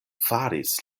faris